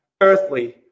earthly